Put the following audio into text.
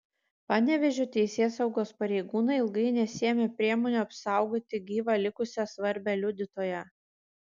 panevėžio teisėsaugos pareigūnai ilgai nesiėmė priemonių apsaugoti gyvą likusią svarbią liudytoją